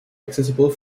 accessible